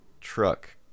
truck